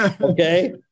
Okay